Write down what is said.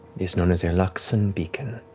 is known as a luxon beacon.